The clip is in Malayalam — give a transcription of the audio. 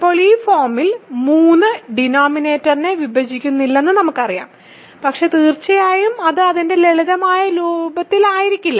ഇപ്പോൾ ഈ ഫോമിൽ 3 ഡിനോമിനേറ്ററിനെ വിഭജിക്കുന്നില്ലെന്ന് എനിക്കറിയാം പക്ഷേ തീർച്ചയായും അത് അതിന്റെ ലളിതമായ രൂപത്തിലായിരിക്കില്ല